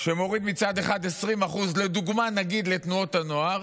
מוריד מצד אחד 20%, לדוגמה, נגיד לתנועות הנוער,